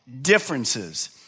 differences